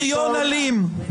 בריון אלים.